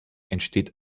entsteht